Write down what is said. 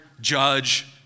judge